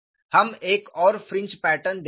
हम एक और फ्रिंज पैटर्न देखेंगे